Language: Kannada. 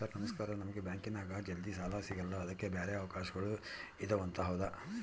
ಸರ್ ನಮಸ್ಕಾರ ನಮಗೆ ಬ್ಯಾಂಕಿನ್ಯಾಗ ಜಲ್ದಿ ಸಾಲ ಸಿಗಲ್ಲ ಅದಕ್ಕ ಬ್ಯಾರೆ ಅವಕಾಶಗಳು ಇದವಂತ ಹೌದಾ?